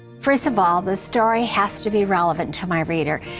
first of all the story has to be relevant to my reader.